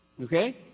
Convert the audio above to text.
okay